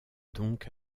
donc